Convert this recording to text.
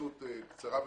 התייחסות קצרה ומקצועית.